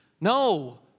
No